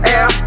Air